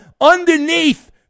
Underneath